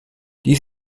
dies